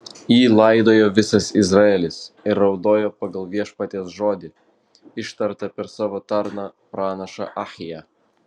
jį laidojo visas izraelis ir raudojo pagal viešpaties žodį ištartą per savo tarną pranašą ahiją